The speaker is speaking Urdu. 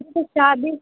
شادی